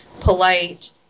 polite